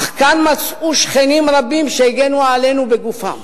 אך כאן מצאו שכנים רבים שהגנו עלינו בגופם.